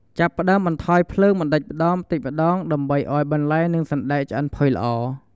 ចាប់ផ្ដើមបន្ថយភ្លើងបន្តិចម្តងៗ ដើម្បីឱ្យបន្លែ និងសណ្ដែកឆ្អិនផុយល្អ។